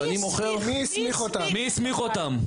מי הסמיך אותם?